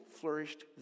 flourished